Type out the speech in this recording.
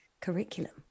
curriculum